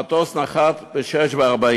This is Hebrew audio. המטוס נחת ב-06:40,